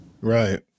right